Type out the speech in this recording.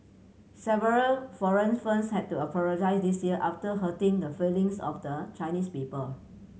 several foreign fens had to apologise this year after hurting the feelings of the Chinese people